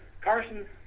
Carson